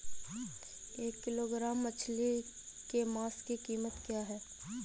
एक किलोग्राम मछली के मांस की कीमत क्या है?